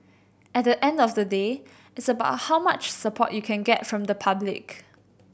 at the end of the day it's about how much support you can get from the public